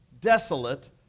desolate